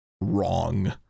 wrong